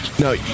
No